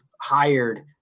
hired